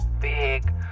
Big